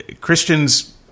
Christians